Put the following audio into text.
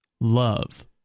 love